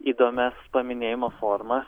įdomias paminėjimo formas